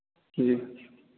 जी